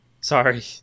Sorry